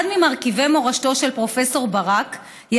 אחד ממרכיבי מורשתו של פרופ' ברק היא